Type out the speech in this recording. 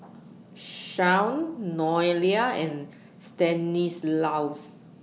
Shaun Noelia and Stanislaus